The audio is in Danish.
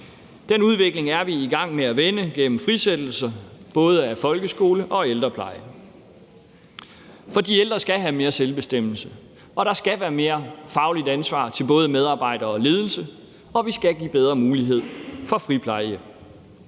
Den udvikling er vi i gang med at vende gennem frisættelse af både folkeskole og ældrepleje, for de ældre skal have mere selvbestemmelse, og der skal være mere fagligt ansvar til både medarbejdere og ledelse, og vi skal give bedre mulighed for friplejehjem.